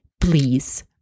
Please